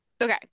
Okay